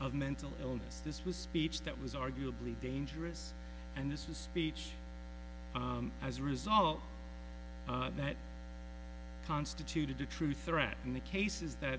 of mental illness this was speech that was arguably dangerous and this was speech as a result that constituted a true threat in the cases that